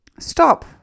Stop